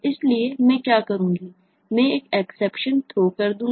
इसलिए मैं क्या करूंगा मैं एक एक्सेप्शन थ्रो कर दूंगा